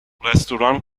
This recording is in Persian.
رستوران